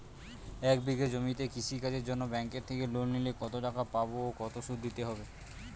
এক বিঘে জমিতে কৃষি কাজের জন্য ব্যাঙ্কের থেকে লোন নিলে কত টাকা পাবো ও কত শুধু দিতে হবে?